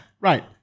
right